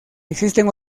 existen